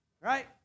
right